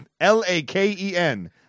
L-A-K-E-N